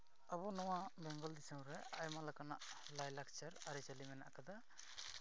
ᱟᱵᱚ ᱱᱚᱣᱟ ᱵᱮᱝᱜᱚᱞ ᱫᱤᱥᱚᱢ ᱨᱮ ᱟᱭᱢᱟ ᱞᱮᱠᱟᱱᱟᱜ ᱞᱟᱭᱼᱞᱟᱠᱪᱟᱨ ᱟᱹᱨᱤᱪᱟᱹᱞᱤ ᱢᱮᱱᱟᱜ ᱠᱟᱫᱟ